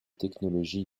technologies